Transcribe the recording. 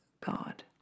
God